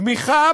תמיכה